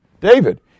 David